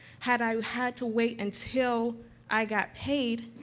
had i had to wait until i got paid,